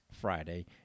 Friday